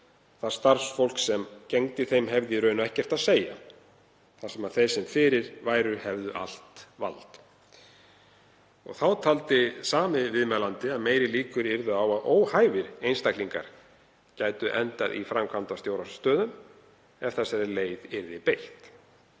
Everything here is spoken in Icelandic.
það starfsfólk sem gegndi þeim hefði í rauninni ekkert að segja það sem þeir sem fyrir væru hefðu allt vald. Þá taldi sami viðmælandi að meiri líkur yrðu á að óhæfir einstaklingar gætu endað í framkvæmdastjórastöðum ef þessari leið yrði beitt.